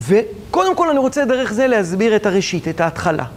וקודם כל אני רוצה דרך זה להסביר את הראשית, את ההתחלה.